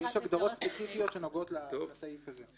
יש הגדרות ספציפיות שנוגעות לסעיף הזה.